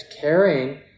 Caring